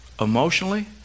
emotionally